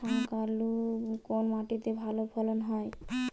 শাকালু কোন মাটিতে ভালো ফলন হয়?